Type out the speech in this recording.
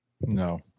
No